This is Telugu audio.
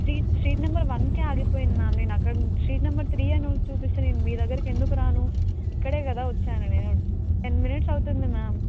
స్ట్రీట్ స్ట్రీట్ నెంబర్ వన్కే ఆగిపోయింది మ్యామ్ నేను అక్కడ స్ట్రీట్ నెంబర్ త్రీ అని చూపిస్తే నేను మీ దగ్గరికి ఎందుకు రాను ఇక్కడే కదా వచ్చాను నేను టెన్ మినిట్స్ అవుతుంది మ్యామ్